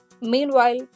Meanwhile